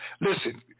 Listen